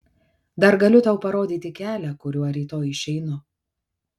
dar galiu tau parodyti kelią kuriuo rytoj išeinu